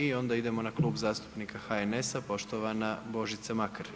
I onda idemo na klub zastupnika HNS-a, poštovana Božica Makar.